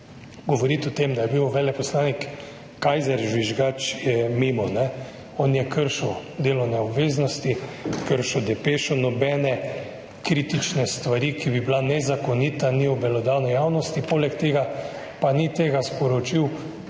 Govoriti o tem, da je bil veleposlanik Kajzer žvižgač, je mimo. On je kršil delovne obveznosti, kršil depešo, nobene kritične stvari, ki bi bila nezakonita, ni obelodani javnosti. Poleg tega pa ni tega sporočil članu